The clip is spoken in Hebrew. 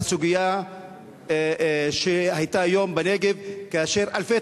לסוגיה שהיתה היום בנגב כאשר אלפי